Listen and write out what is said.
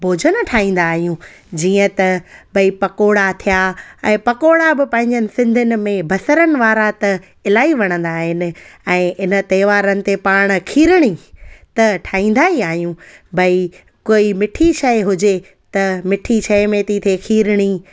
भोजन ठाहींदा आहियूं जीअं त भई पकौड़ा थिया ऐं पकौड़ा बि पंहिंजे सिंधियुनि में बसरनि वारा त इलाही वणंदा आहिनि ऐं इन त्योहारनि ते पाण खीरणी त ठाहींदा ई आहियूं भई कोई मिठी शइ हुजे त मिठी शइ में थी थिए खीरणी